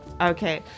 Okay